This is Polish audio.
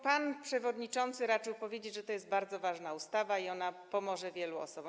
Pan przewodniczący raczył powiedzieć, że to jest bardzo ważna ustawa i ona pomoże wielu osobom.